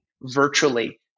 virtually